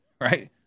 right